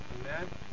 Amen